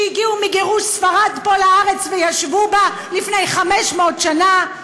שהגיעו מגירוש ספרד לארץ וישבו בה לפני 500 שנה?